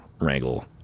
wrangle